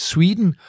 Sweden